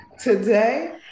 Today